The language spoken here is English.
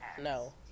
No